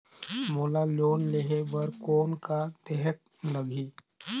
मोला लोन लेहे बर कौन का देहेक लगही?